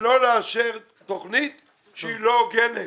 ולא לאשר תוכנית שהיא לא הוגנת.